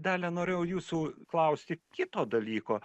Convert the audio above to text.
dalia norėjau jūsų klausti kito dalyko